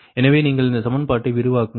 எனவே நீங்கள் இந்த சமன்பாட்டை விரிவாக்குங்கள்